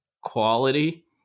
quality